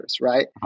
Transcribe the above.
right